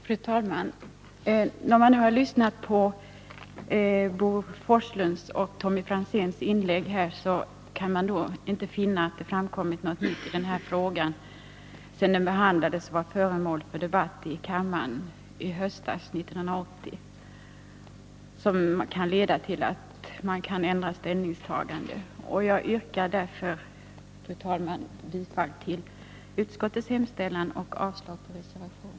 Fru talman! När man nu har lyssnat till Bo Forslunds och Tommy Franzéns inlägg kan man inte finna att det framkommit något nytt i denna fråga sedan den behandlades och var föremål för debatt i kammaren hösten 1980 som kan leda till att man ändrar ställningstagande. Jag yrkar därför, fru talman, bifall till utskottets hemställan och avslag på reservationen.